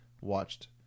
watched